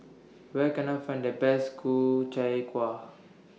Where Can I Find The Best Ku Chai Kueh